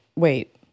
wait